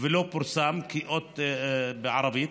ולא פורסמה כיאות בערבית,